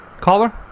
caller